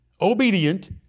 obedient